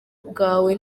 bwawe